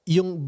Yung